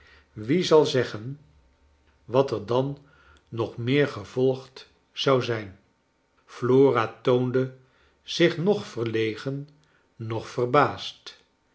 wie zal zeggen wat er dan nog meer gevolgd z ou zij n flora toonde zich nach verlegen noch verbaasd